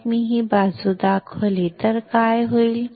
मग मी ही बाजू दाखवली तर काय होईल